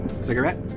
Cigarette